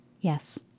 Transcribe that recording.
Yes